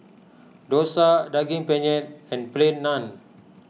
Dosa Daging Penyet and Plain Naan